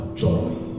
joy